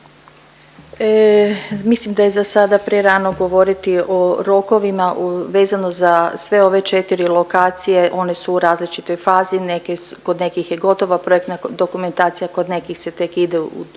Mislim da je za sada prerano govoriti o rokovima, vezano za sve ove 4 lokacije, one su u različitoj fazi, kod nekih je gotova projektna dokumentacija, kod nekih se tek ide u to,